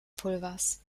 pulvers